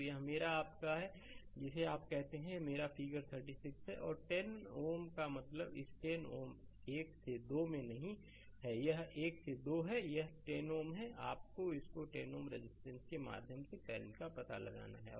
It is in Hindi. तो यह मेरा आपका है जिसे आप कहते हैं यह मेरा फिगर 36 है और10 Ω का मतलब इस 10 Ω 1 से 2 में नहीं है यह 1 से 2 है यह 10 Ω आपको इस 10 Ω रेजिस्टेंस के माध्यम से करंट का पता लगाना है